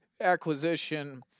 acquisition